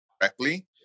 correctly